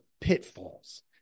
pitfalls